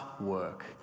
work